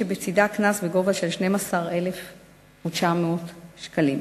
שבצדה קנס בגובה של 12,900 שקלים.